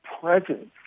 presence